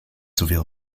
zoveel